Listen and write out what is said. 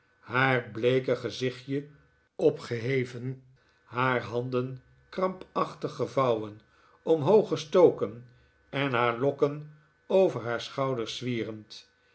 haar bleeke gezichtje opgeheven haar h'anden krampachtig gevouwen omhoog gestoken en haar lokken over haar schoiiders